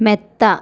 മെത്ത